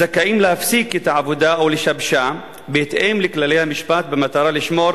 זכאים להפסיק את העבודה או לשבשה בהתאם לכללי המשפט על מנת לשמור